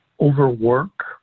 overwork